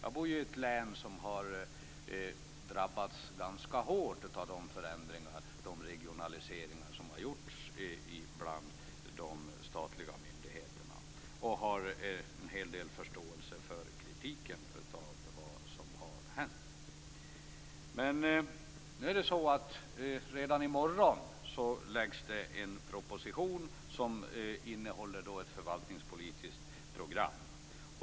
Jag bor i ett län som har drabbats ganska hårt av den regionalisering som har gjorts av de statliga myndigheterna, och jag har en hel del förståelse för kritiken mot det som har skett. Men redan i morgon läggs det fram en proposition som innehåller ett förvaltningspolitiskt program.